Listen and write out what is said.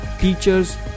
teachers